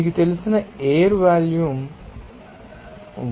మీకు తెలిసిన air volume 1